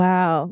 Wow